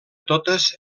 totes